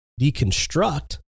deconstruct